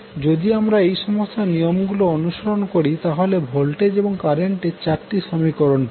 যদি আমরা এই সমস্ত নিয়মগুলি অনুসরণ করি তাহলে ভোল্টেজ এবং কারেন্টের চারটি সমীকরণ পাবো